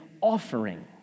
offering